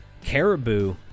Caribou